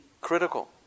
critical